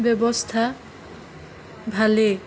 ব্যৱস্থা ভালেই